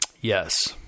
Yes